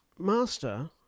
Master